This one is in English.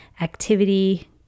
activity